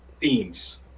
themes